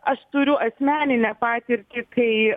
aš turiu asmeninę patirtį kai